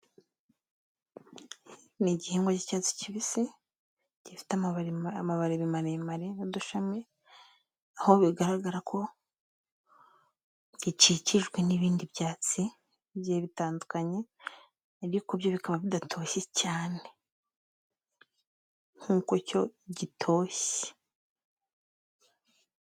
Ni igihingwa cy'icyatsi kibisi gifite amababi maremare n'udushami aho bigaragara ko gikikijwe n'ibindi byatsi bigiye bitandukanye, ariko byo bikaba bidatoshye cyane nk'uko cyo gitoshye.